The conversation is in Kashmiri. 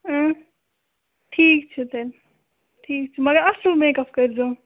ٹھیٖک چھُ تیٚلہِ ٹھیٖک چھُ مَگر اصٕل میک اَپ کَرۍزِہوم